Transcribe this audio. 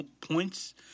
points